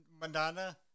Madonna